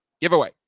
giveaway